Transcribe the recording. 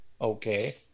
Okay